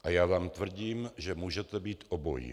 A já vám tvrdím, že můžete být obojí.